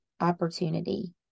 opportunity